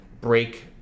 break